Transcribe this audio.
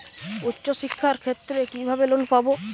উচ্চশিক্ষার ক্ষেত্রে কিভাবে লোন পাব?